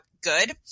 good